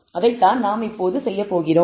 அதைத்தான் நாம் இப்பொழுது செய்யப் போகிறோம்